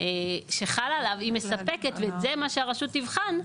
שחלים עליו הם מספקים, וזה מה שהרשות תיבחן.